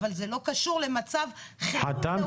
אבל זה לא קשור למצב חרום.